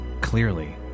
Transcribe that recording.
Clearly